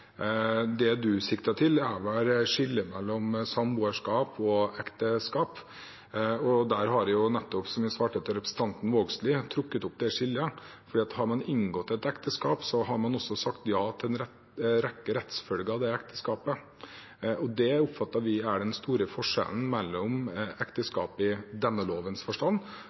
som jeg nettopp svarte til representanten Vågslid – trukket opp det skillet, for har man inngått et ekteskap, har man også sagt ja til en rekke rettsfølger av ekteskapet. Det oppfatter vi er den store forskjellen mellom ekteskap i denne lovens forstand